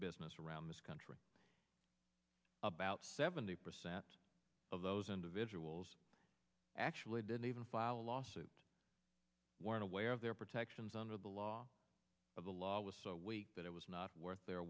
business around this country about seventy percent of those individuals actually didn't even file a lawsuit weren't aware of their protections under the law of the law was so weak that it was not worth their